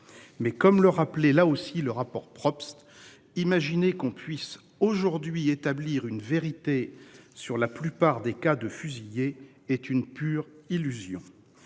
Mais comme le rappelait là aussi le rapport Probst imaginer qu'on puisse aujourd'hui établir une vérité sur la plupart des cas de fusiller est une pure illusion.